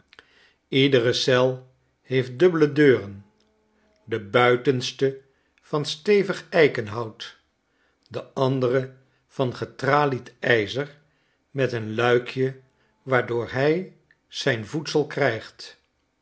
iedere eel heeft dubbele deuren debuitenste van stevig eikenhout de andere van getralied ijzer met een luikje waardoor hij zijn voedsel krijgt